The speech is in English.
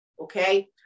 Okay